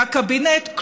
והקבינט,